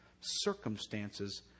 circumstances